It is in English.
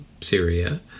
Syria